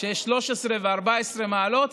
כשיש 13 ו-14 מעלות,